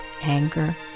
Anger